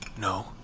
No